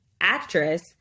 Actress